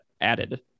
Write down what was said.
added